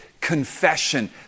confession